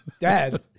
Dad